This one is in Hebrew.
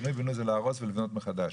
פינוי-בינוי זה להרוס ולבנות מחדש.